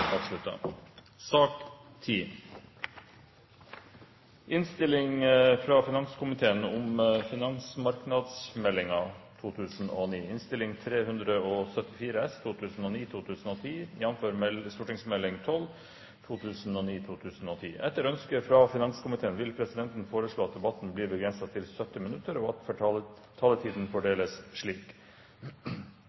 til sak nr. 8. Etter ønske fra finanskomiteen vil presidenten foreslå at debatten blir begrenset til 70 minutter, og at taletiden